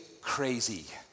crazy